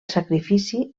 sacrifici